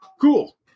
cool